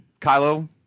Kylo